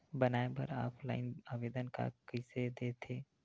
बनाये बर ऑफलाइन आवेदन का कइसे दे थे?